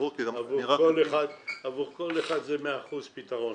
עבור כל אחד זה 100% פתרון,